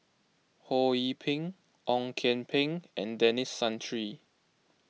Ho Yee Ping Ong Kian Peng and Denis Santry